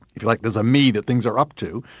like there's a me that things are up to,